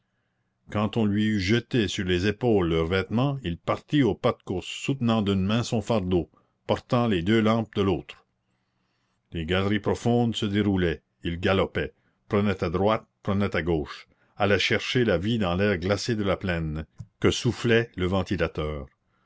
quand on lui eut jeté sur les épaules leurs vêtements il partit au pas de course soutenant d'une main son fardeau portant les deux lampes de l'autre les galeries profondes se déroulaient il galopait prenait à droite prenait à gauche allait chercher la vie dans l'air glacé de la plaine que soufflait le ventilateur